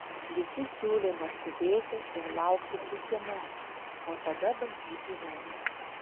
visi siūlė neskubėti ir laukti pusė metų o tada bandyti vėl